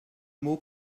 mot